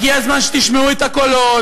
הגיע הזמן שתשמעו את הקולות,